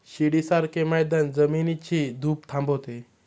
शिडीसारखे मैदान जमिनीची धूप थांबवते